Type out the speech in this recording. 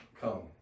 come